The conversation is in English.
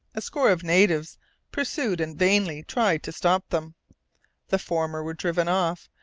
a score of natives pursued and vainly tried to stop them the former were driven off,